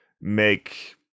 make